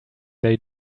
they